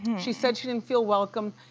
and she said she didn't feel welcomed.